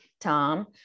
Tom